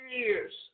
years